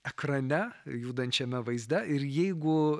ekrane judančiame vaizde ir jeigu